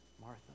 Martha